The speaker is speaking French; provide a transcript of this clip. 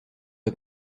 est